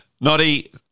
Noddy